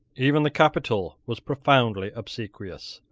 even the capital was profoundly obsequious.